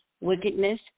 Wickedness